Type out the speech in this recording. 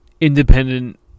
independent